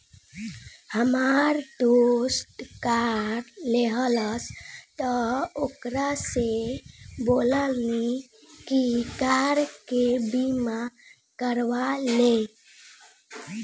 हामार दोस्त कार लेहलस त ओकरा से बोलनी की कार के बीमा करवा ले